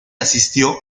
asistió